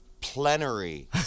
plenary